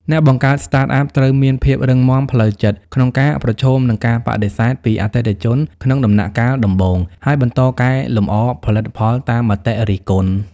អ្នកបង្កើត Startup ត្រូវមានភាពរឹងមាំផ្លូវចិត្តក្នុងការប្រឈមនឹងការបដិសេធពីអតិថិជនក្នុងដំណាក់កាលដំបូង ហើយបន្តកែលម្អផលិតផលតាមមតិរិះគន់។